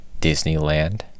disneyland